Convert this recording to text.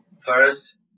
First